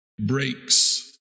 breaks